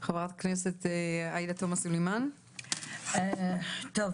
חברת הכנסת עאידה תומא סלימאן, בבקשה.